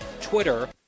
Twitter